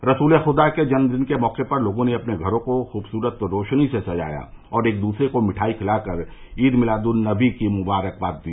रसूले खुदा के जन्मदिन के मौके पर लोगों ने अपने घरो को खूबसूरत रोशानी से सजाया और एक दूसरे को मिठाई खिलाकर ईद मिलाद उन नबी की मुबारकबाद दी